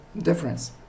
difference